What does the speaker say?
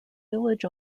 village